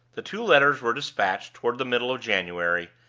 the two letters were dispatched toward the middle of january,